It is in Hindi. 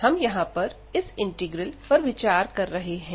हम यहां इस इंटीग्रल पर विचार कर रहे हैं